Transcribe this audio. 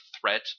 threat